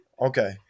Okay